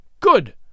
Good